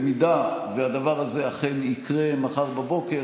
אם הדבר הזה אכן יקרה מחר בבוקר,